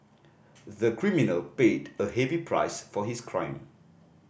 the criminal paid a heavy price for his crime